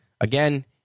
again